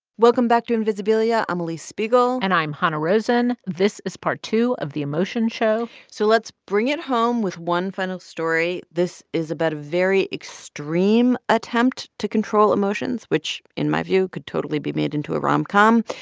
welcome back to invisibilia. i'm alix spiegel and i'm hanna rosin. this is part two of the emotion show so let's bring it home with one final story. this is about a very extreme attempt to control emotions, which, in my view, could totally be made into a rom-com.